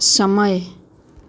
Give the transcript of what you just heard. સમય